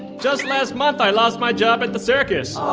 just last month, i lost my job at the circus